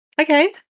Okay